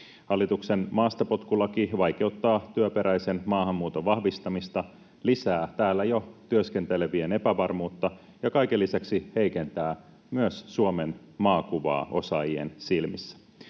Hallituksen maastapotkulaki vaikeuttaa työperäisen maahanmuuton vahvistamista, lisää täällä jo työskentelevien epävarmuutta ja kaiken lisäksi heikentää myös Suomen maakuvaa osaajien silmissä.